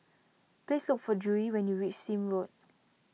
please look for Drury when you reach Sime Road